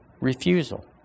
refusal